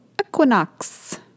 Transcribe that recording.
equinox